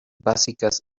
básicas